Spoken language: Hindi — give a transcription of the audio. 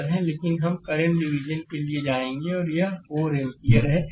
लेकिन हम करंट डिवीजन के लिए जाएंगे और यह 4 एम्पीयर है